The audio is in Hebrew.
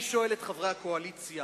אני שואל את חברי הקואליציה,